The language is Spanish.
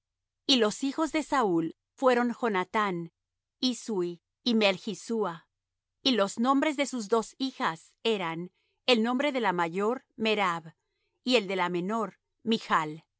y los hijos de saúl fueron jonathán isui y melchi sua y los nombres de sus dos hijas eran el nombre de la mayor merab y el de la menor michl